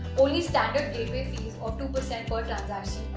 only standard gateway fees or two percent per transaction